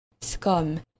scum